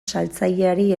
saltzaileari